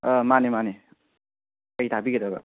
ꯑꯥ ꯃꯥꯅꯤ ꯃꯥꯅꯤ ꯀꯩ ꯊꯥꯕꯤꯒꯗꯕ